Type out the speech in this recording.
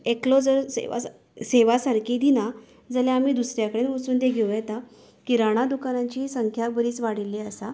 so एकलो जर सेवा सारखी दिना जाल्यार आमी दुसऱ्या कडेन वचून ते घेवं येता किराणां दुकानांची संख्या बरीच वाडिल्ली आसा